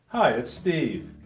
hi, it's steve.